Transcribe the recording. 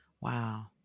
Wow